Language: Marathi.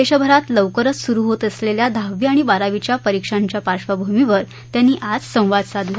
देशभरात लवकरच सुरु होत असलेल्या दहावी आणि बारावीच्या परीक्षांच्या पार्श्वभूमीवर त्यांनी आज संवाद साधला